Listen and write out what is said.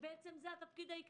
שזה תפקידם העיקרי.